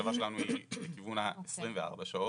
המחשבה שלנו היא לכיוון ה-24 שעות,